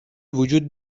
وجود